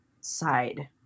side